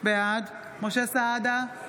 בעד משה סעדה,